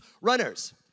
runners